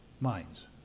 minds